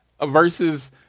versus